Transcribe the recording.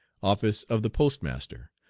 office of the postmaster,